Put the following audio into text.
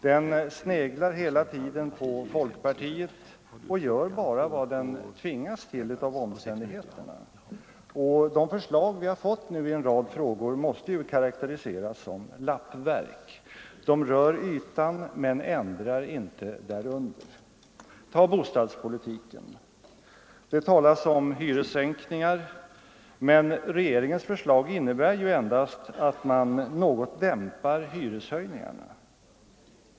Man sneglar hela tiden på folkpartiet och gör bara vad man tvingas till av omständigheterna. De förslag vi nu har fått i en rad frågor måste ju karakteriseras som lappverk. De rör ytan men ändrar inte därunder. Ta bostadspolitiken! Det talas om hyressänkningar, men regeringens förslag innebär endast att man något dämpar hyreshöjningarna.